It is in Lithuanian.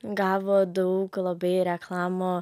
gavo daug labai reklamų